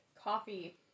coffee